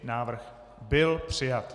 Návrh byl přijat.